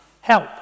help